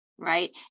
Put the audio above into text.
Right